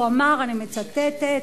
הוא אמר, אני מצטטת: